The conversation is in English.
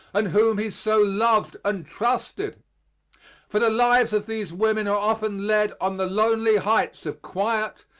and whom he so loved and trusted for the lives of these women are often led on the lonely heights of quiet,